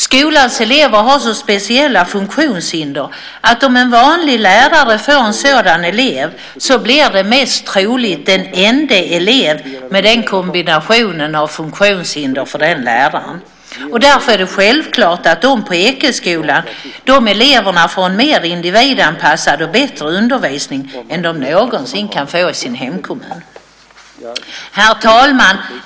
Skolans elever har så speciella funktionshinder att om en vanlig lärare får en sådan elev så är det mest troligt att det är den ende elev med den kombinationen av funktionshinder som den läraren kommer att ha. Därför är det självklart att eleverna på Ekeskolan får en mer individanpassad och bättre undervisning än de någonsin kan få i sin hemkommun. Herr talman!